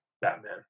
Batman